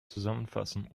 zusammenfassen